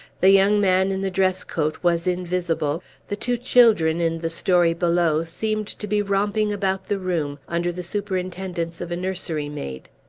the young man in the dress-coat was invisible the two children, in the story below, seemed to be romping about the room, under the superintendence of a nursery-maid.